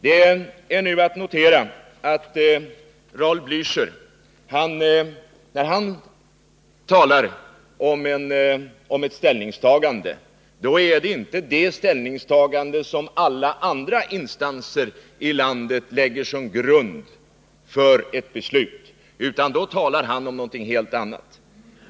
Det är nu att notera att när Raul Blächer talar om vissa kommunisters ställningstagande, så är det inte det ställningstagande som alla andra instanser i landet lägger till grund för ett beslut, utan då talar han om någonting helt annat.